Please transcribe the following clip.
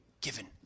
given